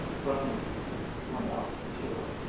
friendliness went out to her.